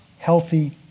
Healthy